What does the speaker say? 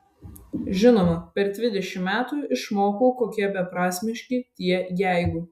žinoma per dvidešimt metų išmokau kokie beprasmiški tie jeigu